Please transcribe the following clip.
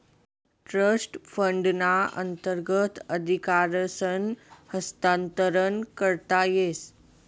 trust फंडना अंतर्गत अधिकारसनं हस्तांतरण करता येस